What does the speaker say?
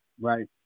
right